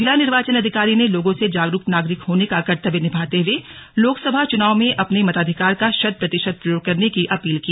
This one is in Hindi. जिला निर्वाचन अधिकारी ने लोगों से जागरूक नागरिक होने का कर्तव्य निभाते हुए लोकसभा चुनाव में अपने मताधिकार का शत प्रतिशत प्रयोग करने की अपील की